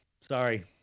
Sorry